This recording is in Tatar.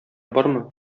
бармы